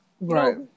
right